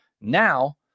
Now